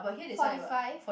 forty five